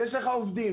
יש לך עובדים,